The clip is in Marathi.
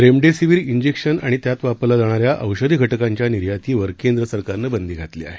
रेमडेसिवीर जिक्शन आणि त्यात वापरल्या जाणाऱ्या औषधी घटकांच्या निर्यातीवर केंद्र सरकारनं बंदी घातली आहे